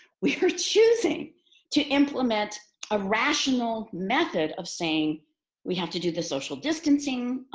we are choosing to implement a rational method of saying we have to do the social distancing.